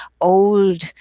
old